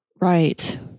Right